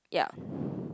yeap